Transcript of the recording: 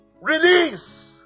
release